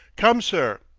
come, sir!